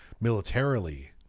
militarily